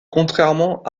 contrairement